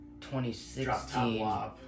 2016